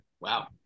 Wow